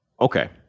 Okay